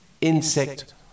insect